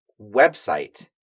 website